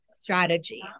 strategy